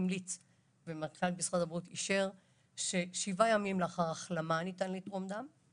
המליץ ומנכ"ל משרד הבריאות אישר ששבעה ימים לאחר החלמה ניתן לתרום דם.